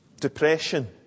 Depression